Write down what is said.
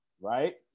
right